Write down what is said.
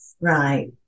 Right